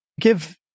give